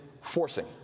forcing